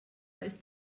ist